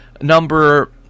number